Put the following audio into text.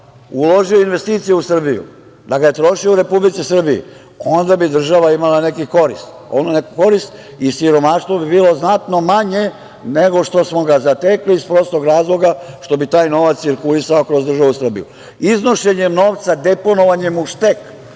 uložio u investicije u Srbiju, da ga je trošio u Republici Srbiji, onda bi država imala neke koristi. Ona neka korist i siromaštvo bi bilo znatno manje nego što smo zatekli iz prostog razloga što bi taj novac cirkulisao kroz državu Srbiju. Iznošenjem novca, deponovanjem u štek